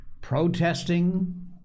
protesting